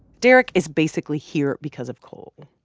derek is basically here because of coal.